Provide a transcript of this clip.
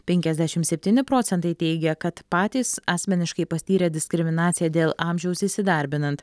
penkiasdešimt septyni procentai teigia kad patys asmeniškai patyrė diskriminaciją dėl amžiaus įsidarbinant